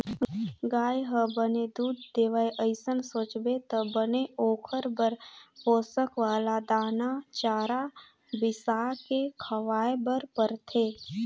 गाय ह बने दूद देवय अइसन सोचबे त बने ओखर बर पोसक वाला दाना, चारा बिसाके खवाए बर परथे